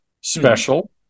special